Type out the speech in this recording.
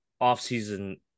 offseason